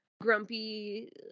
grumpy